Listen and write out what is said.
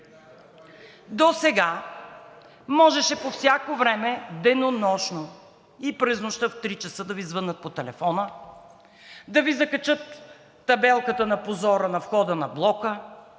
Досега можеше по всяко време денонощно и през нощта в 3,00 ч. да Ви звънят по телефона, да Ви закачат табелката на позора на входа на блока,